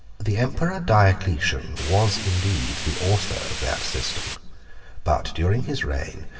the emperor diocletian was indeed the author of that system but during his reign,